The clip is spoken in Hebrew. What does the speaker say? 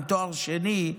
עם תואר שני,